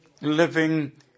living